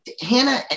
Hannah